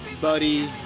Buddy